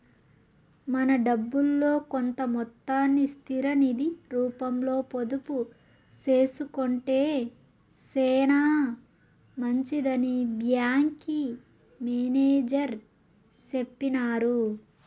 మన డబ్బుల్లో కొంత మొత్తాన్ని స్థిర నిది రూపంలో పొదుపు సేసుకొంటే సేనా మంచిదని బ్యాంకి మేనేజర్ సెప్పినారు